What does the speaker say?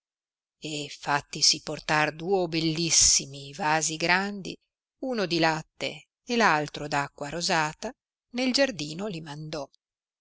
e fattisi portar duo bellissimi vasi grandi uno di latte e altro d acqua rosata nel giardino li mandò